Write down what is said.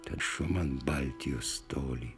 tad šuman baltijus toli